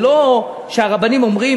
זה לא שהרבנים אומרים,